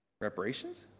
reparations